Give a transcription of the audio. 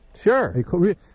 Sure